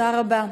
תודה רבה.